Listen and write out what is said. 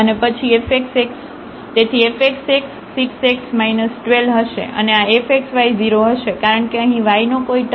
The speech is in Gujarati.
તેથી fxx 6 x 12 હશે અને આ fxy0 હશે કારણ કે અહીં y નો કોઈ ટર્મ નથી